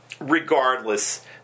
regardless